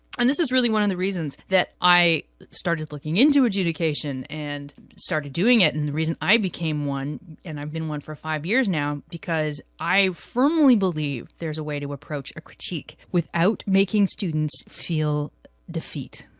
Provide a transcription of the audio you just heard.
and this is really one of the reasons that i started looking into adjudication and started doing it and the reason i became one and i've been one for five years now because i firmly believe there's a way to approach a critique without making students feel defeat.